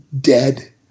dead